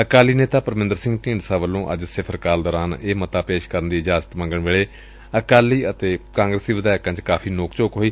ਅਕਾਲੀ ਨੇਤਾ ਪਰਮਿੰਦਰ ਸਿੰਘ ਢੀਂਡਸਾ ਵੱਲੋਂ ਅੱਜ ਸਿਫ਼ਰ ਕਰਲ ਦੌਰਾਨ ਇਹ ਮਤਾ ਪੇਸ਼ ਕਰਨ ਦੀ ਇਜਾਜ਼ਤ ਮੰਗਣ ਵੇਲੇ ਅਕਾਲੀ ਅਤੇ ਕਾਂਗਰਸੀ ਵਿਧਾਇਕਾਂ ਚ ਕਾਫ਼ੀ ਨੋਕ ਝੋਕ ਹੋਈ